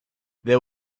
there